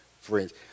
friends